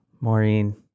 Maureen